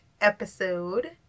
episode